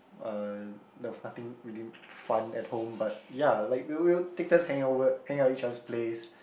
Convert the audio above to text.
uh there was nothing really fun at home but ya like we'll we'll take turns hanging over hang out at each other's place